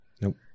Nope